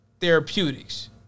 Therapeutics